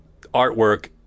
artwork